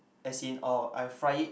as in uh I fry it